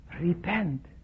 repent